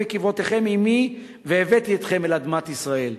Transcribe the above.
מקברותיכם עמי והבאתי אתכם אל אדמת ישראל".